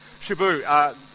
Shabu